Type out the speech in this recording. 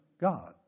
God